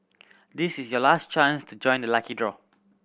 this is your last chance to join the lucky draw